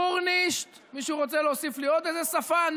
גורנישט, מישהו רוצה להוסיף לי עוד איזו שפה?